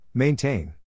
Maintain